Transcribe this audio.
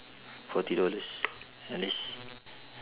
forty dollars unless